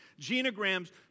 Genograms